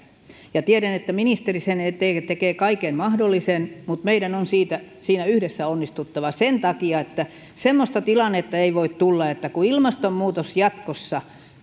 tiedän että ministeri sen eteen tekee kaiken mahdollisen mutta meidän on siinä yhdessä onnistuttava sen takia että semmoista tilannetta ei voi tulla että kun ilmastonmuutos jatkossa